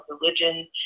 religion